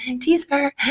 teaser